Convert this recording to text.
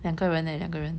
两个人 leh 两个人